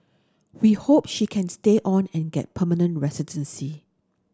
we hope she can stay on and get permanent residency